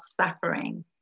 suffering